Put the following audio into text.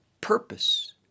purpose